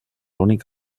únic